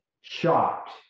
shocked